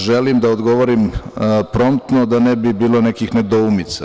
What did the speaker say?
Želim da odgovorim promptno, da ne bi bilo nekih nedoumica.